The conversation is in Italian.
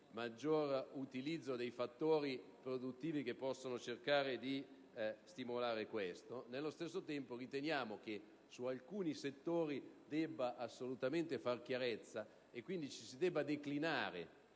maggiore utilizzo dei fattori produttivi che possono cercare di fornire uno stimolo. Nello stesso tempo, riteniamo che su alcuni settori si debba assolutamente fare chiarezza e, quindi, ci si debba orientare